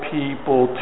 people